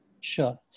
Sure